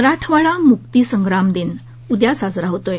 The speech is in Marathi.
मराठवाडा मुक्तिसंग्राम दिन उद्या साजरा होत आहे